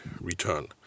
return